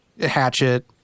hatchet